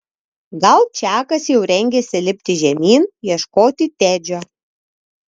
gal čakas jau rengėsi lipti žemyn ieškoti tedžio